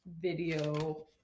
video